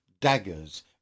daggers